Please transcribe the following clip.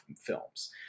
films